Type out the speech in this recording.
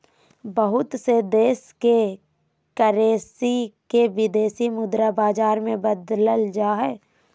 बहुत से देश के करेंसी के विदेशी मुद्रा बाजार मे बदलल जा हय